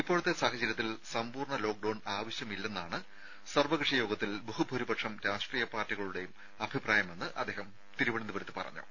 ഇപ്പോഴത്തെ സാഹചര്യത്തിൽ സമ്പൂർണ്ണ ലോക്ഡൌൺ ആവശ്യമില്ലെന്നാണ് സർവ്വക്ഷിയോഗത്തിൽ ബഹുഭൂരിപക്ഷം രാഷ്ട്രീയ പാർട്ടികളുടെയും അഭിപ്രായമെന്ന് അദ്ദേഹം തിരുവനന്തപുരത്ത് പറഞ്ഞു